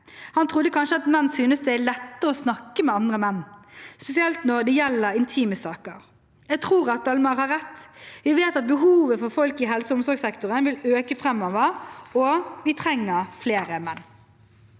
Han trodde at menn kanskje synes det er lettere å snakke med andre menn, spesielt når det gjelder intime saker. Jeg tror Almar har rett. Vi vet at behovet for folk i helse- og omsorgssektoren vil øke framover, og vi trenger flere menn.